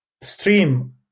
stream